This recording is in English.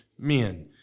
men